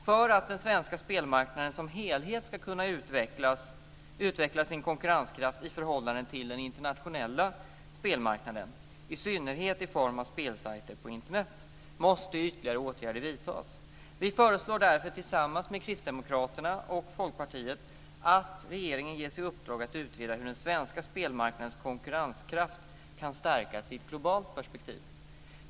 För att den svenska spelmarknaden som helhet ska kunna utveckla sin konkurrenskraft i förhållande till den internationella spelmarknaden, i synnerhet i form av spelsajter på Internet, måste ytterligare åtgärder vidtas. Vi föreslår därför tillsammans med Kristdemokraterna och Folkpartiet att regeringen ges i uppdrag att utreda hur den svenska spelmarknadens konkurrenskraft kan stärkas i ett globalt perspektiv.